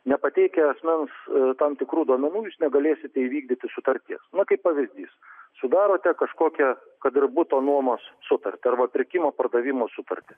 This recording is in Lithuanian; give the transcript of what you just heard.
nepateikę asmens tam tikrų duomenų jūs negalėsite įvykdyti sutarties nu kaip pavyzdys sudarote kažkokią kad ir buto nuomos sutartį arba pirkimo pardavimo sutartį